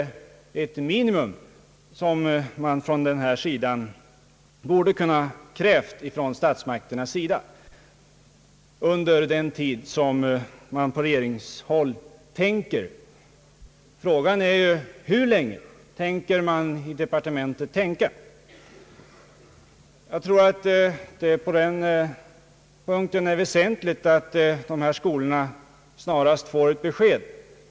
Det förefailer mig vara det minimum som borde kunna krävas av statsmakterna under den tid som förflyter medan man på regeringshåll tänker. Frågan är ju hur länge man tänker tänka i departementet. Jag finner det vara väsentligt att dessa skolor snarast får ett besked.